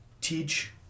teach